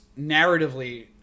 narratively